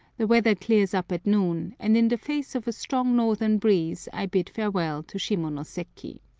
the weather clears up at noon, and in the face of a strong northern breeze i bid farewell to shimonoseki.